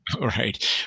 right